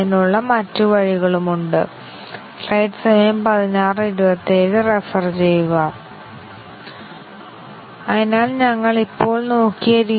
ഞങ്ങൾ ടെസ്റ്റ് കേസുകൾ സജ്ജമാക്കി ഇവ കൈവശം വയ്ക്കുമ്പോൾ ശരിയും തെറ്റും സജ്ജമാക്കുക ശരി തെറ്റായ മൂല്യം